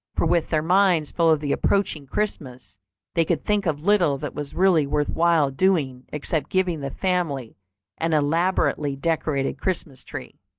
for with their minds full of the approaching christmas they could think of little that was really worth while doing except giving the family an elaborately decorated christmas tree.